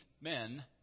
men